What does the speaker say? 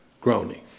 groaning